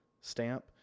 stamp